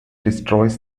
destroys